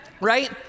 right